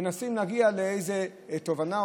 מנסים להגיע לאיזו תובנה,